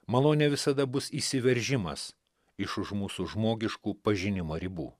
malonė visada bus įsiveržimas iš už mūsų žmogiškų pažinimo ribų